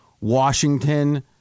Washington